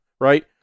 Right